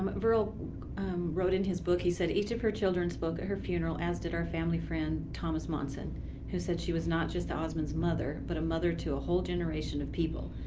virl wrote in his book he said, each of her children spoke at her funeral, as did our family friend thomas monson who said she was not just the osmonds' mother, but a mother to a whole generation of people.